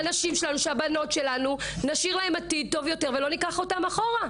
שנשאיר לבנות שלנו להן עתיד טוב יותר ולא ניקח אותן אחורה.